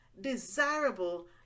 desirable